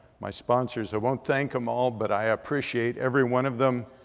my sponsors, i won't thank them all but i appreciate every one of them.